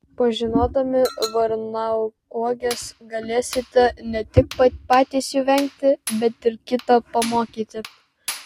pažinodami varnauoges galėsite ne tik patys jų vengti bet ir kitą pamokyti